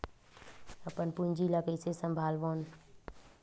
अपन पूंजी ला कइसे संभालबोन?